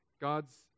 God's